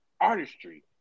artistry